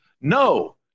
No